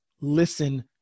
Listen